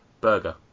Burger